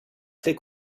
très